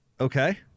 Okay